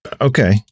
Okay